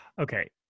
Okay